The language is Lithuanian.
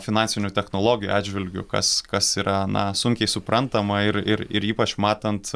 finansinių technologijų atžvilgiu kas kas yra na sunkiai suprantama ir ir ir ypač matant